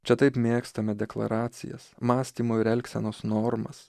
čia taip mėgstame deklaracijas mąstymo ir elgsenos normas